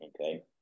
okay